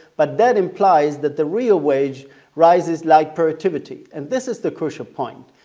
but that implies that the real wage rises like productivity. and this is the crucial point.